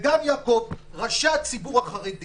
וגם, יעקב, ראשי הציבור החרדי